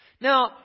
Now